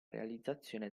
realizzazione